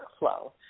workflow